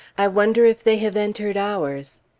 i wonder if they have entered ours?